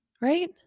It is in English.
right